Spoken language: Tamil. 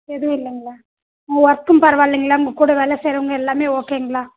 எதுவும் இல்லைங்களா ஒர்க்கும் பரவாயில்லங்களா உங்கள் கூட வேலை செய்கிறவங்க எல்லாம் ஓகேங்களா